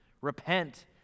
repent